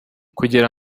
kugira